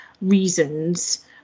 reasons